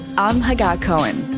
i'm hagar cohen